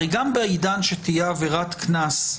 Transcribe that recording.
הרי גם בעידן שתהיה עבירת קנס,